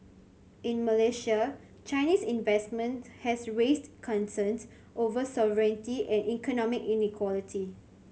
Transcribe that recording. in Malaysia Chinese investment has raised concerns over sovereignty and economic inequality